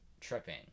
tripping